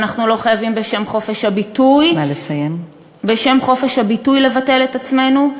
ואנחנו לא חייבים בשם חופש הביטוי לבטל את עצמנו,